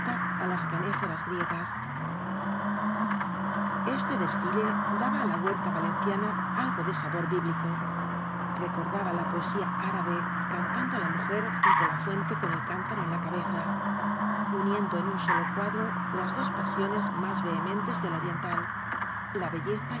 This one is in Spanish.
á las anéforas griegas o c j este desfile daba á la huerta valenciana algo de sabor bíblico recordaba la poesía árabe cantando á la mujer junto á la fuente con el cántaro en la cabeza uniendo en un solo cuadro las dos pasiones más vehementes del oriental la belleza y